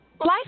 Life